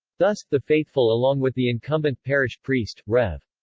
thus, the faithful along with the incumbent parish priest, rev.